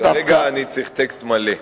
כרגע אני צריך טקסט מלא.